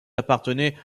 appartenaient